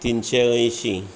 तिनशें अंयशी